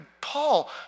Paul